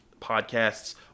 podcasts